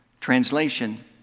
Translation